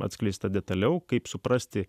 atskleista detaliau kaip suprasti